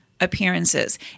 Appearances